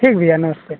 ठीक भैया नमस्ते